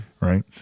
Right